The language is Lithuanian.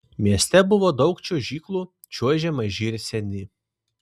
mieste buvo daug čiuožyklų čiuožė maži ir seni